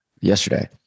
yesterday